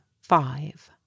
five